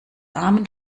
armen